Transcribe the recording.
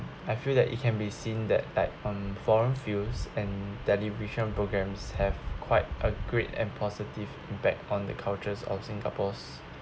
I feel that it can be seen that at on foreign films and television programs have quite a great and positive impact on the cultures of singapore's